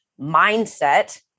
mindset